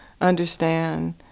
understand